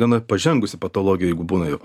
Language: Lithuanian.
gana pažengusi patologija jeigu būna jau